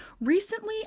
Recently